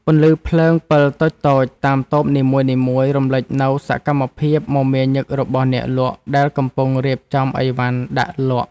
ពន្លឺភ្លើងពិលតូចៗតាមតូបនីមួយៗរំលេចនូវសកម្មភាពមមាញឹករបស់អ្នកលក់ដែលកំពុងរៀបចំឥវ៉ាន់ដាក់លក់។